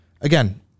again